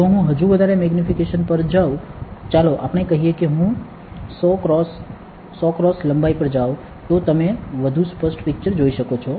જો હું હજુ વધારે મેગ્નિફિકેશન પર જઉં ચાલો આપણે કહીએ કે હું 100 x 100 x લંબાઈ પર જાઉં તો તમે વધુ સ્પષ્ટ પિક્ચર જોઈ શકો છો